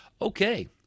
okay